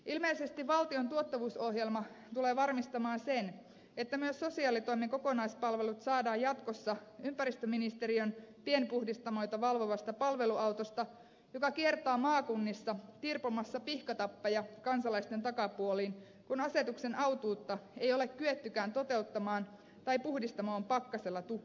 ilmeisesti valtion tuottavuusohjelma tulee varmistamaan sen että myös sosiaalitoimen kokonaispalvelut saadaan jatkossa ympäristöministeriön pienpuhdistamoita valvovasta palveluautosta joka kiertää maakunnissa tirpomassa pihkatappeja kansalaisten takapuoliin kun asetuksen autuutta ei ole kyettykään toteuttamaan tai puhdistamo on pakkasella tukkiutunut